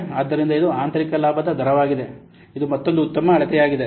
ಆದ್ದರಿಂದ ಇದು ಆಂತರಿಕ ಲಾಭದ ದರವಾಗಿದೆ ಇದು ಮತ್ತೊಂದು ಉತ್ತಮ ಅಳತೆಯಾಗಿದೆ